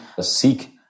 seek